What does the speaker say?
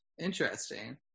interesting